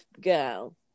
girl